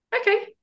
Okay